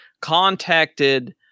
contacted